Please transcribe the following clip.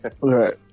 Right